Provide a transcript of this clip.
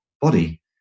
body